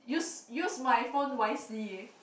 use use my phone wisely